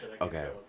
Okay